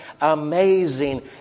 amazing